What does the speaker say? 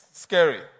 Scary